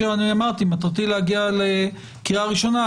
אמרתי שמטרתי להגיע לקריאה ראשונה.